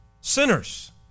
sinners